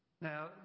Now